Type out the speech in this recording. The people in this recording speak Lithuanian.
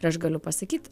ir aš galiu pasakyt